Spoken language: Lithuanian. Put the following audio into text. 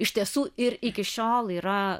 iš tiesų ir iki šiol yra